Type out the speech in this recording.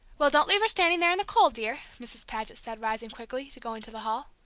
well, don't leave her standing there in the cold, dear! mrs. paget said, rising quickly, to go into the hall.